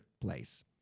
place